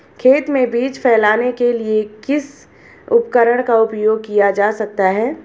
खेत में बीज फैलाने के लिए किस उपकरण का उपयोग किया जा सकता है?